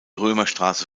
römerstraße